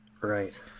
Right